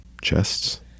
chests